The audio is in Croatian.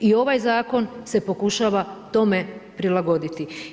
I ovaj zakon se pokušava tome prilagoditi.